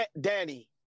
Danny